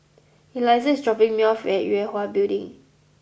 Elizah is dropping me off at Yue Hwa Building